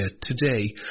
today